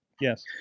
Yes